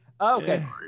Okay